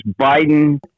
Biden